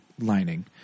lining